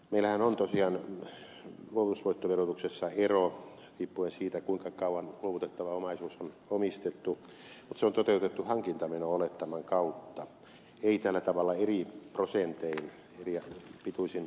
meillähän on tosiaan luovutusvoittoverotuksessa ero riippuen siitä kuinka kauan luovutettava omaisuus on omistettu mutta se on toteutettu hankintameno olettaman kautta ei tällä tavalla eri prosentein eri pituisin omistusajoin